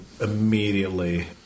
immediately